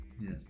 Yes